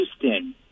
Houston